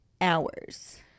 hours